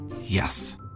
Yes